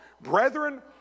Brethren